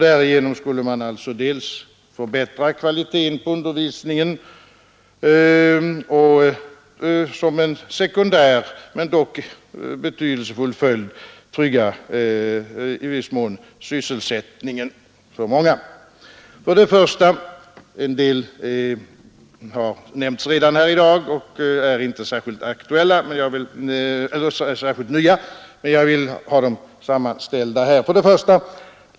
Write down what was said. Därigenom skulle man alltså dels förbättra kvaliteten på undervisningen, dels — som en sekundär men betydelsefull följd — i viss mån trygga sysselsättningen för många. En del av förslagen är inte särskilt nya, men jag har tagit med dem i sammanställningen. 1.